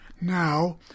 Now